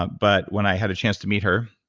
but when i had a chance to meet her.